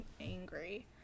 angry